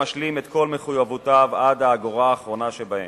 הוא ישלים את כל מחויבויותיו עד האגורה האחרונה שבהן,